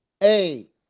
eight